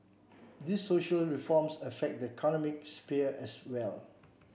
these social reforms affect the economic sphere as well